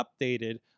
updated